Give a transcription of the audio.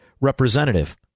representative